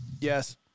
Yes